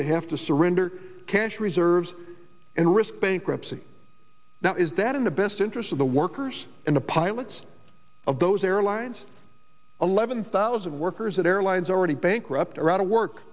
to have to surrender can't reserves and risk bankruptcy now is that in the best interest of the workers and the pilots of those airlines eleven thousand workers at airlines already bankrupt or out of work